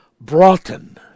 Broughton